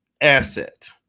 asset